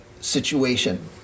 situation